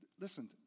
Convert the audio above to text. listen